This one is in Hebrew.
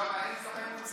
שם אין כבאים עם זקנים?